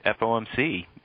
FOMC